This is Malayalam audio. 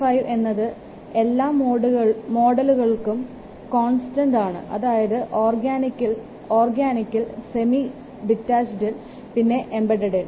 5 എന്നത് എല്ലാ മോഡലുകൾക്കും കോൺസ്റ്റൻറ് ആണ് അതായത് ഓർഗാനിക്കിൽ സെമി സെമി ഡിറ്റാച്ചഡ് പിന്നെ എംബഡഡ്